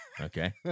Okay